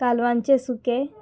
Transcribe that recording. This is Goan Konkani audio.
कालवांचे सुके